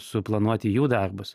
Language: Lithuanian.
suplanuoti jų darbus